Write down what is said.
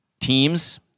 teams –